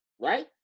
right